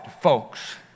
folks